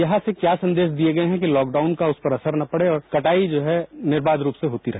यहां से क्या संदेश दिये गये है कि लॉकडाउन का उस पर असर न पड़े और कटाई जो है निर्वाध रूप से होती रहे